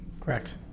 Correct